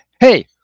hey